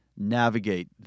navigate